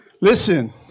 Listen